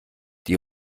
die